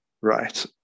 Right